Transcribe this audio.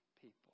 people